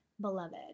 beloved